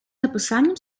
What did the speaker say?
написанням